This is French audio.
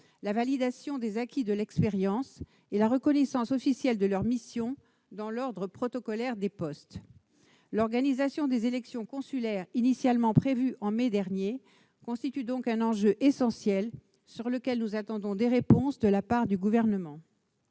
la validation des acquis de l'expérience et la reconnaissance officielle de leur mission dans l'ordre protocolaire des postes. L'organisation des élections consulaires, initialement prévue au mois de mai dernier, constitue donc un enjeu essentiel. Nous attendons des réponses du Gouvernement